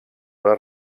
una